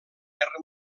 guerra